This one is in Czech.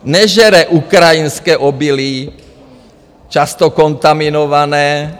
Nežere ukrajinské obilí, často kontaminované.